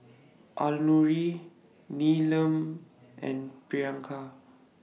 Alluri Neelam and Priyanka